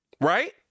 Right